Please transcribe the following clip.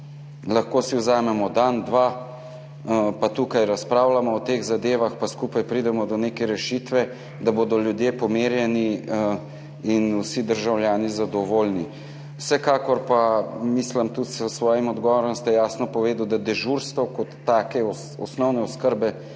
Lahko si vzamemo dan, dva pa tukaj razpravljamo o teh zadevah, pa skupaj pridemo do neke rešitve, da bodo ljudje pomirjeni in vsi državljani zadovoljni. Vsekakor pa mislim, tudi s svojim odgovorom ste jasno povedal, da dežurstev kot osnovne oskrbe